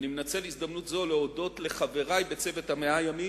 אני מנצל הזדמנות זאת להודות לחברי בצוות 100 הימים,